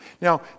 Now